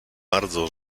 bardzo